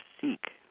seek